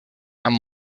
amb